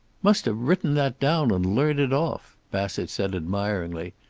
must have written that down and learned it off, bassett said admiringly.